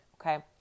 Okay